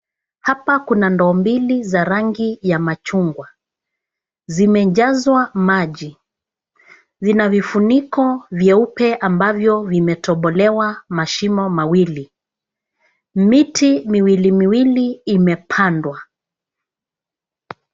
Hapa kuna ndoo mbili za rangi ya machungwa. Zimejazwa maji. Zina vifuniko vyeupe ambavyo vimetobolewa mashimo mawili. Miti miwili miwili imepandwa.